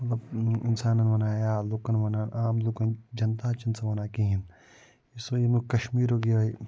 مطلب اِنسانَن وَنان یا لُکن وَنان عام لُکن جنتاہَس چھُنہٕ سُہ وَنان کِہیٖنۍ یُس وۄنۍ ییٚمیُک کشمیٖرُک یِہوٚے